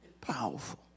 powerful